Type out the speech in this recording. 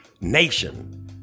nation